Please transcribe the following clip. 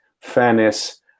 fairness